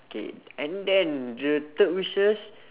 K and then the third wishes